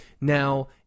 Now